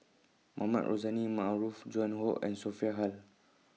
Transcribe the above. Mohamed Rozani Maarof Joan Hon and Sophia Hull